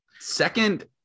Second